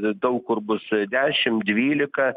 daug kur bus dešim dvylika